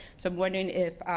so i'm wondering if,